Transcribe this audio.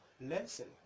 lesson